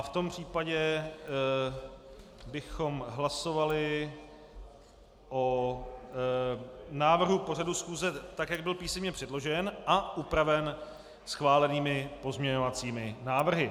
V tom případě bychom hlasovali o návrhu pořadu schůze tak, jak byl písemně předložen a upraven schválenými pozměňovacími návrhy.